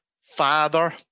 father